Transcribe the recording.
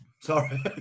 Sorry